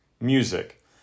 music